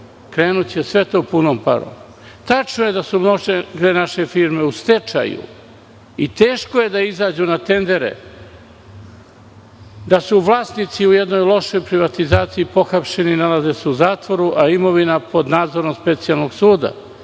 krenuće sve to punom parom. Tačno je da su dve naše firme u stečaju i teško je da izađu na tendere, da su vlasnici u jednoj lošoj privatizaciji pohapšeni i nalaze se u zatvoru, a imovina pod nadzorom Specijalnog suda